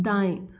दाएँ